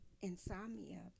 insomnia